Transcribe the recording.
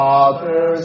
Father